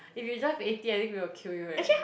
if you drive eighty I think we will kill you eh